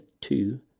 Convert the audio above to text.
two